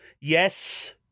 yes